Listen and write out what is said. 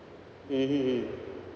mmhmm mm